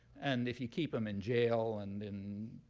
and if you keep them in jail and in